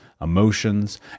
emotions